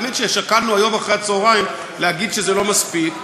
האמת ששקלנו היום אחרי הצהריים להגיד שזה לא מספיק,